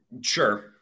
Sure